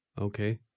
Okay